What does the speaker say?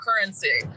currency